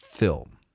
film